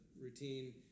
routine